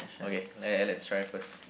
okay let let's try first